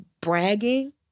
bragging